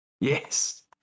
Yes